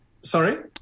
Sorry